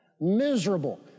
Miserable